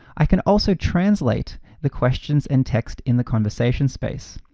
i can also translate the questions and text in the conversation space.